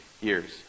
years